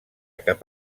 cap